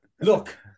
Look